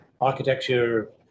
architecture